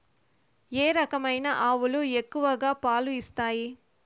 ఏ రకమైన ఆవులు ఎక్కువగా పాలు ఇస్తాయి?